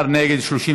נא לשבת.